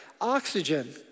oxygen